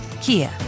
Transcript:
Kia